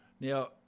Now